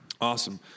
Awesome